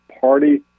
party